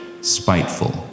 spiteful